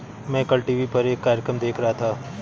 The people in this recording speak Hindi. मैं कल टीवी पर एक कार्यक्रम देख रहा था